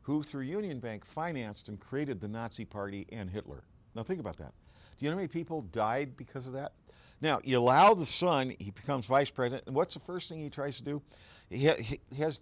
who through union bank financed and created the nazi party and hitler nothing about that the only people died because of that now you allow the son becomes vice president and what's the first thing you try to do h